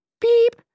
beep